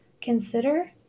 consider